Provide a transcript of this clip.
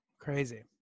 crazy